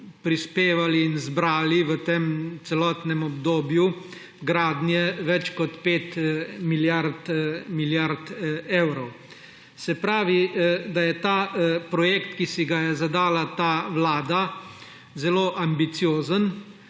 prispevali in zbrali v tem celotnem obdobju gradnje več kot 5 milijard evrov. Se pravi, da je ta projekt, ki si ga je zadala ta vlada, zelo ambiciozen.